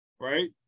right